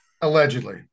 Allegedly